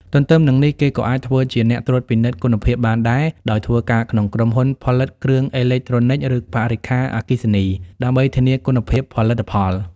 ទន្ទឹមនឹងនេះ គេក៏អាចធ្វើជាអ្នកត្រួតពិនិត្យគុណភាពបានដែរ ដោយធ្វើការក្នុងក្រុមហ៊ុនផលិតគ្រឿងអេឡិចត្រូនិច ឬបរិក្ខារអគ្គិសនី ដើម្បីធានាគុណភាពផលិតផល។